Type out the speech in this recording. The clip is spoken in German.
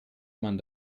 man